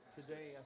Today